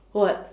what